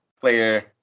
player